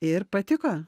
ir patiko